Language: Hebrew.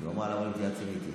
כלומר, למה לא מתייעצים איתי?